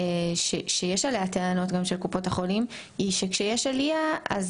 שיש לגביה טענות של קופות החולים היא שכשיש עלייה אז